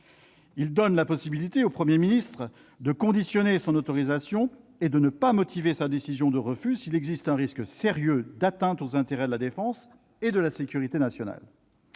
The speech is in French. Il permet au Premier ministre de conditionner son autorisation et de ne pas motiver sa décision de refus s'il existe un risque sérieux d'atteinte aux intérêts de la défense et de la sécurité nationale.